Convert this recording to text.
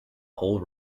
whole